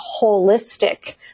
holistic